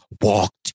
walked